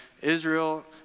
Israel